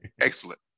excellent